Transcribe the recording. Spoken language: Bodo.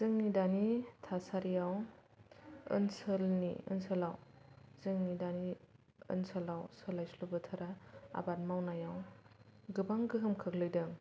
जोंनि दानि थासारियाव ओनसोलनि ओनसोलाव जोंनि दानि ओनसोलाव सोलायस्लु बोथोरा आबाद मावनायाव गोबां गोहोम खोख्लैदों